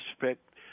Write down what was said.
respect